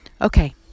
Okay